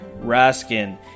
Raskin